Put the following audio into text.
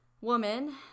woman